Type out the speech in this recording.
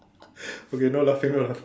okay no laughing no laughing